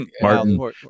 Martin